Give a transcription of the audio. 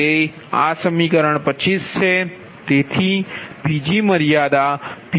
તો આ સમીકરણ 25 છે